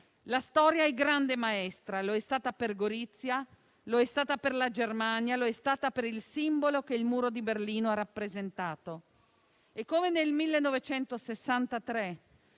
La storia è grande maestra: lo è stata per Gorizia, lo è stata per la Germania e lo è stata per il simbolo che il Muro di Berlino ha rappresentato. Come ebbe